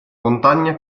montagna